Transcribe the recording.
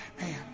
Man